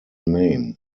name